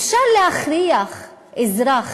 אפשר להכריח אזרח